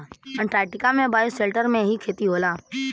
Antarctica में bioshelter में ही खेती होला